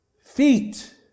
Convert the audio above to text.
feet